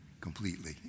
completely